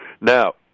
Now